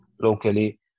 locally